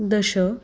दश